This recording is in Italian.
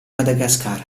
madagascar